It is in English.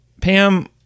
Pam